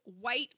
white